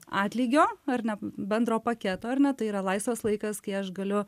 atlygio ar ne bendro paketo ar ne tai yra laisvas laikas kai aš galiu